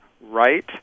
right